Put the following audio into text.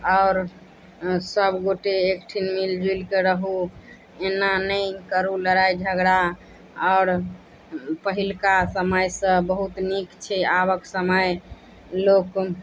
आओर सबगोटे एकठाम मिल जुलि कऽ रहू एना नहि करू लड़ाइ झगड़ा आओर पहिलुका समयसँ बहुत नीक छै आबक समय लोक